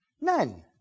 None